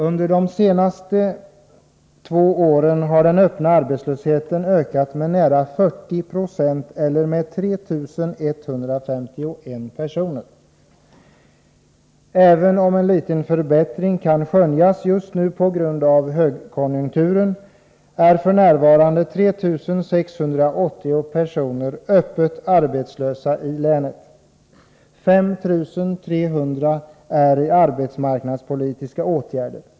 Under de senaste två åren har den öppna arbetslösheten ökat med nära 40 96 eller med 3 151 personer. Även om en liten förbättring kan skönjas just nu på grund av högkonjunkturen, är f.n. 3 680 personer öppet arbetslösa i länet. 5 300 är föremål för arbetsmarknadspolitiska åtgärder.